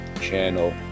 channel